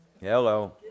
Hello